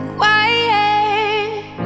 quiet